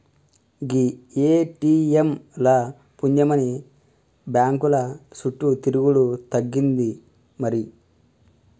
గీ ATM ల పుణ్యమాని బాంకుల సుట్టు తిరుగుడు తగ్గింది మరి